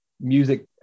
music